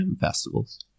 festivals